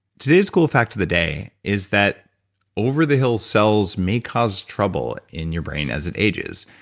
today's cool fact of the day is that over-the-hill cells may cause trouble in your brain as it ages.